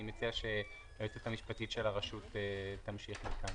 אני מציע שהיועצת המשפטית של הרשות תמשיך מכאן.